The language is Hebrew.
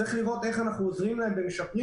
צריך לראות איך אנחנו עוזרים להם ומשפרים